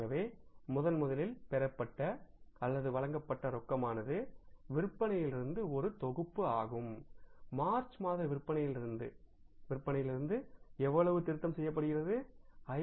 ஆகவே முதன்முதலில் பெறப்பட்ட வழங்கப்பட்ட ரொக்கமானது விற்பனையிலிருந்து ஒரு தொகுப்பு ஆகும் மார்ச் மாத விற்பனையிலிருந்து விற்பனையிலிருந்து எவ்வளவு திருத்தம் செய்யப்படுகிறது51500